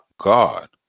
God